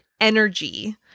energy